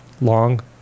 long